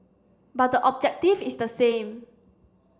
but the objective is the same